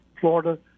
Florida